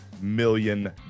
million